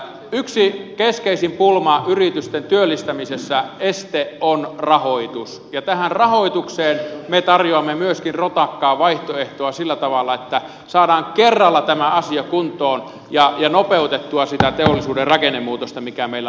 yksi keskeisin este yritysten työllistämisessä on rahoitus ja tähän rahoitukseen me tarjoamme myöskin rotakkaa vaihtoehtoa sillä tavalla että saadaan kerralla tämä asia kuntoon ja nopeutettua sitä teollisuuden rakennemuutosta mikä meillä on edessä